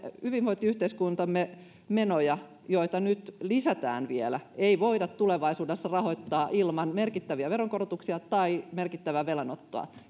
ei hyvinvointiyhteiskuntamme menoja joita nyt vielä lisätään voida tulevaisuudessa rahoittaa ilman merkittäviä veronkorotuksia tai merkittävää velanottoa